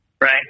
right